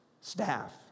staff